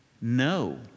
No